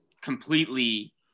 completely